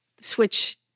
switch